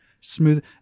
smooth